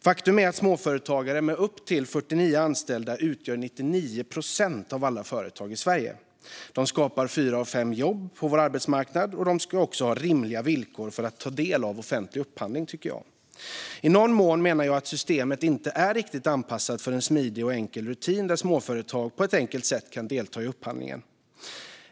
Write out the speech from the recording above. Faktum är att småföretagare med upp till 49 anställda utgör 99 procent av alla företag i Sverige och skapar fyra av fem jobb på vår arbetsmarknad. Jag tycker att de också ska ha rimliga villkor för att ta del av offentlig upphandling. I någon mån menar jag att systemet inte är riktigt anpassat för en smidig och enkel rutin där småföretag på ett enkelt sätt kan delta i upphandlingen.